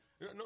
No